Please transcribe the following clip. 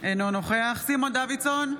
אינו נוכח סימון דוידסון,